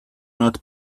not